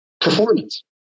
performance